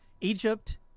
Egypt